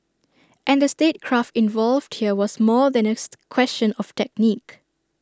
and the statecraft involved here was more than A question of technique